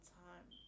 time